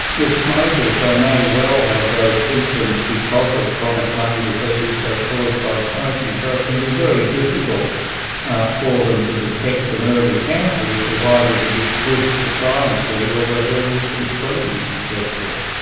with smokers, they may well have those symptoms because of chronic lung disease caused by smoking, so it can be very difficult for them to detect an early cancer, which is why there's a big push to try and see whether whether we can screen successfully.